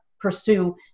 pursue